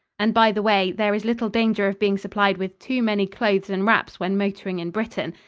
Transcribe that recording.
and, by the way, there is little danger of being supplied with too many clothes and wraps when motoring in britain.